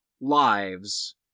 lives